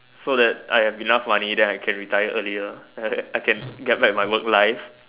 so that I've enough money then I can retired earlier I can get back my work life